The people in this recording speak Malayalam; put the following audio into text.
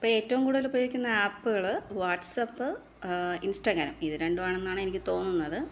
ഇപ്പോൾ ഏറ്റവും കൂടുതല് ഉപയോഗിക്കുന്ന ആപ്പുകൾ വാട്ട്സപ്പ് ഇന്സ്റ്റഗ്രാം ഇത് രണ്ടും ആണെന്നാണ് എനിക്ക് തോന്നുന്നത്